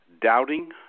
doubting